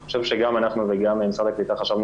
אני חושב שגם אנחנו וגם משרד הקליטה חשבנו